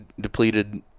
depleted